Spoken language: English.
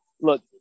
look